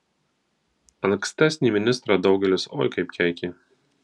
ankstesnį ministrą daugelis oi kaip keikė